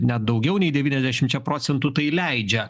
net daugiau nei devyniasdešimčia procentų tai leidžia